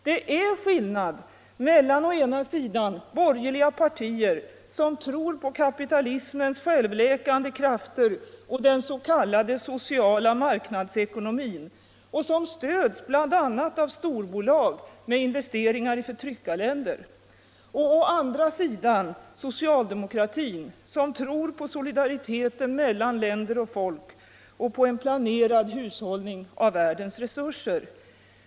Det är skillnad mellan å ena sidan borgerliga partier som tror på kapitalismens självläkande krafter och den s.k. sociala marknadsekonomin, som stöds av bl.a. storbolag med investeringar i förtryckarländer, och å andra sidan socialdemokratin, som tror på solidariteten mellan länder och folk och en planerad hushållning med världens resurser.